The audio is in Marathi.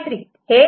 D Y2 S1S0'